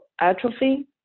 atrophy